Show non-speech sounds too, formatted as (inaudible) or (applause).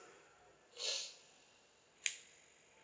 (breath)